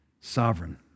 Sovereign